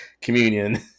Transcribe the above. communion